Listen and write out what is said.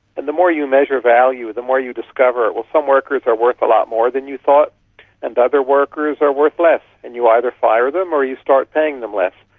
and the more you measure value, the more you discover that some workers are worth a lot more than you thought and other workers are worth less and you either fire them or you start paying them less,